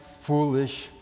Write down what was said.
foolish